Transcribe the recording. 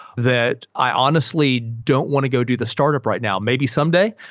that i honestly don't want to go do the startup right now. maybe someday,